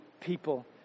people